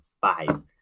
Five